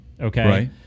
Okay